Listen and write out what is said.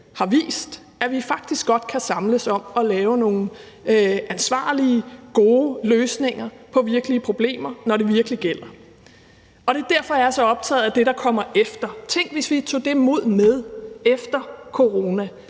har vist, at vi faktisk godt kan samles om at lave nogle ansvarlige, gode løsninger på virkelige problemer, når det virkelig gælder, og det er derfor, jeg er så optaget af det, der kommer efter. Tænk, hvis vi tog det mod med efter corona.